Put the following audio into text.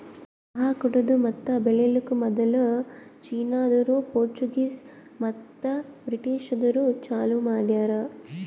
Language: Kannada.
ಚಹಾ ಕುಡೆದು ಮತ್ತ ಬೆಳಿಲುಕ್ ಮದುಲ್ ಚೀನಾದೋರು, ಪೋರ್ಚುಗೀಸ್ ಮತ್ತ ಬ್ರಿಟಿಷದೂರು ಚಾಲೂ ಮಾಡ್ಯಾರ್